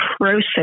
process